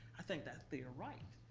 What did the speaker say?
i think that they are right.